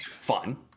fun